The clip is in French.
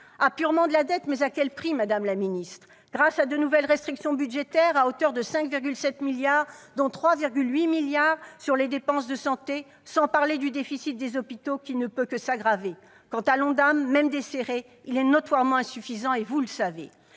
Apurement de la dette, mais à quel prix, madame la ministre ? Grâce à de nouvelles restrictions budgétaires, à hauteur de 5,7 milliards d'euros, dont 3,8 milliards d'euros sur les dépenses de santé, sans parler du déficit des hôpitaux, qui ne peut que s'aggraver ! Quant à l'ONDAM, même desserré, il est notoirement insuffisant, et vous le savez